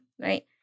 right